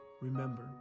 Remember